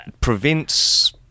prevents